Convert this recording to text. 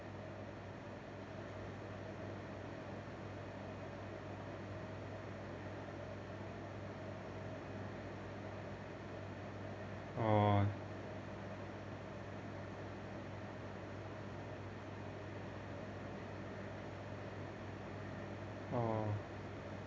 oh oh